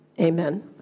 Amen